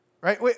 Right